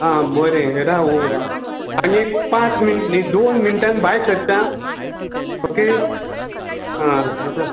आ बरें हे आनी पांच मिन दोन मिनटान भायर सरता ओके आ